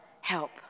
help